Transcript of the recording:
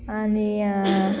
आनी